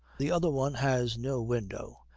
the other one has no window,